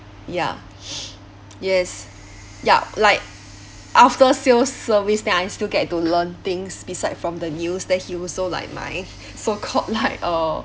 ya yes ya like after sales service then I still get to learn things beside from the news then he also like my so called like uh